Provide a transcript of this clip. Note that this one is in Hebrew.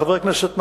חבר הכנסת נפאע,